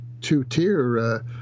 two-tier